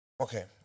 okay